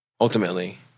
ultimately